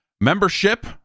membership